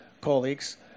colleagues